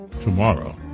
tomorrow